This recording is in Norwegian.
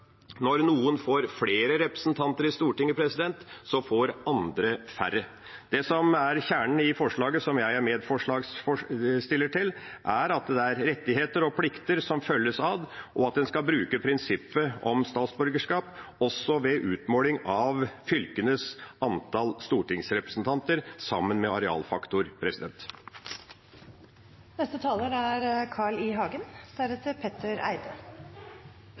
Når noen får flere representanter i Stortinget, får andre færre. Det som er kjernen i forslaget, som jeg er medforslagsstiller til, er at det er rettigheter og plikter som følges ad, og at man skal bruke prinsippet om statsborgerskap også ved utmåling av fylkenes antall stortingsrepresentanter, sammen med arealfaktor.